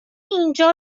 اینجا